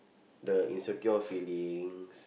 the insecure feelings